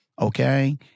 okay